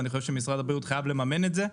ואני חושב שמשרד הבריאות חייב לממן את זה.